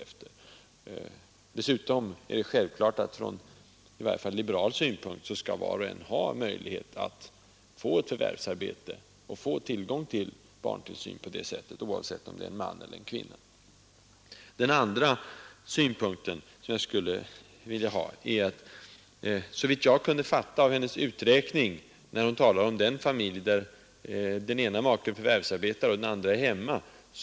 I varje fall från liberal synpunkt är det självklart att var och en — oavsett om det gäller en man eller en kvinna — skall ha möjlighet att få ett förvärvsarbete och tillgång till barntillsyn. Den andra synpunkten rör fru Sundbergs uträkning när hon talade om den familj, där den ena maken förvärvsarbetade och den andra var hemma.